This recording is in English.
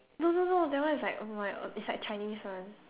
no no no that one is like oh my uh it's like Chinese one